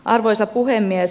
arvoisa puhemies